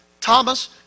Thomas